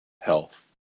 Health